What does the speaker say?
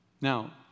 Now